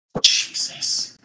Jesus